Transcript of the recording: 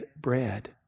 bread